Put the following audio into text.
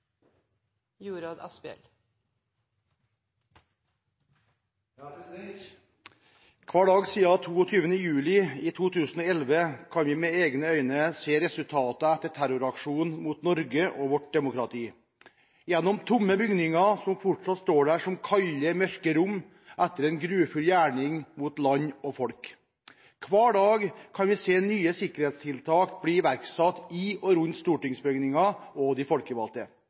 vårt demokrati gjennom tomme bygninger som fortsatt står der som kalde, mørke rom etter en grufull gjerning mot land og folk. Hver dag kan vi se nye sikkerhetstiltak bli iverksatt i og rundt stortingsbygningen og de folkevalgte.